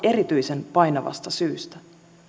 erityisen painavasta syystä